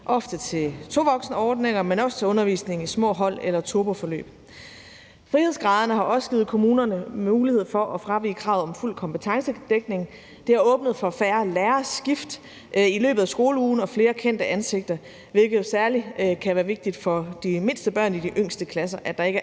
ofte til tovoksenordninger, men også til undervisning i små hold eller turboforløb. Frihedsgraderne har også givet kommunerne mulighed for at fravige kravet om fuld kompetencedækning. Det har åbnet for færre lærerskift i løbet af skoleugen og flere kendte ansigter, og det kan særlig være vigtigt for børnene i de mindste klasser, at der ikke er